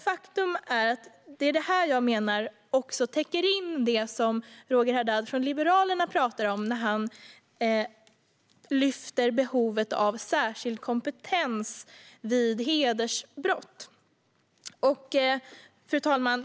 Faktum är att det är detta jag menar också täcker in det som Roger Haddad från Liberalerna talar om när han lyfter fram behovet av särskild kompetens vid hedersbrott. Fru talman!